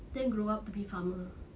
then grow up to be farmer